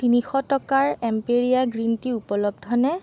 তিনিশ টকাৰ এম্পেৰীয়া গ্ৰীণ টি উপলব্ধনে